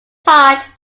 part